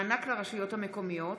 (מענק לרשויות מקומיות),